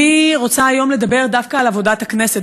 אני רוצה היום לדבר דווקא על עבודת הכנסת,